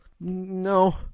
no